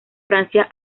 francia